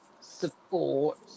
support